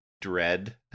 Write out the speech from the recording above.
dread